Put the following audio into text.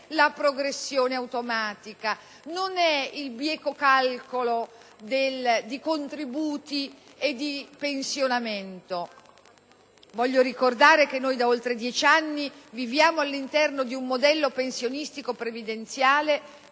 la progressione automatica, non è il bieco calcolo di contributi e di pensionamento. Voglio ricordare che noi da oltre dieci anni viviamo all'interno di un modello pensionistico previdenziale